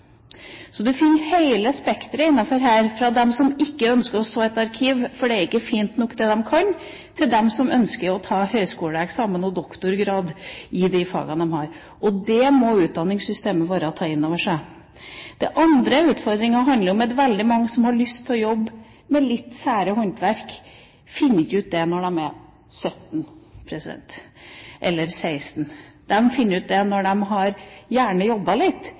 finner hele spekteret innenfor dette området – fra dem som ikke ønsker å stå i et arkiv fordi det de kan, ikke er fint nok, til dem som ønsker å ta høyskoleeksamen og doktorgrad i de fagene de har. Det må utdanningssystemene våre ta inn over seg. Den andre utfordringen handler om at veldig mange som har lyst til å jobbe med litt sære håndverk, ikke finner ut det når de er 16 eller 17 år. De finner gjerne ut det når de har jobbet litt